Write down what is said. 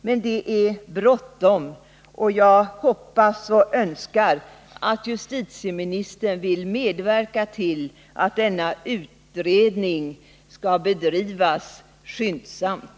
Men det är bråttom, och jag hoppas och önskar att justitieministern vill medverka till att denna utredning skall bedrivas skyndsamt.